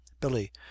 billy